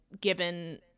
given